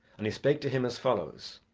and he spake to him as follows